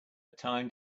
time